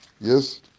Yes